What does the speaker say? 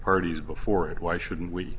parties before it why shouldn't we